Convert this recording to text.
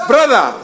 Brother